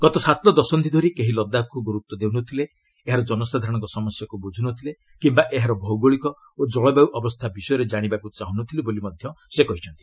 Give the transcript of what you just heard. ଗତ ସାତ ଦଶନ୍ଧି ଧରି କେହି ଲଦାଖକୁ ଗୁରୁତ୍ୱ ଦେଉନଥିଲେ ଏହାର ଜନସାଧାରଣଙ୍କ ସମସ୍ୟା ବ୍ୟଝୁନଥିଲେ କିୟା ଏହାର ଭୌଗଳିକ ଓ କଳବାୟୁ ଅବସ୍ଥା ବିଷୟରେ କାଣିବାକୁ ଚାହୁଁନଥିଲେ ବୋଲି ସେ କହିଛନ୍ତି